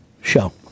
show